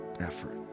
effort